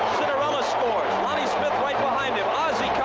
citarella scores, lonnie smith right behind him, ozzie